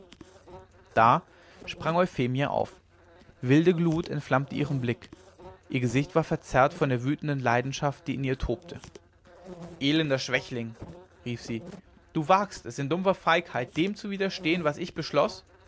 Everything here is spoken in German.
da sprang euphemie auf wilde glut entflammte ihren blick ihr gesicht war verzerrt von der wütenden leidenschaft die in ihr tobte elender schwächling rief sie du wagst es in dumpfer feigheit dem zu widerstreben was ich beschloß